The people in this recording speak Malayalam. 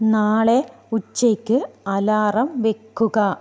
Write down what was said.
നാളെ ഉച്ചയ്ക്ക് അലാറം വയ്ക്കുക